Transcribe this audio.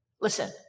Listen